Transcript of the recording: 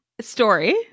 Story